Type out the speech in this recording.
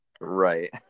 Right